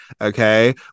okay